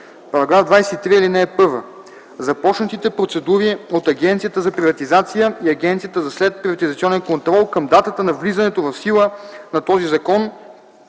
става § 23: „§ 23. (1) Започнатите процедури от Агенцията за приватизация и Агенцията за следприватизационен контрол към датата на влизането в сила на този закон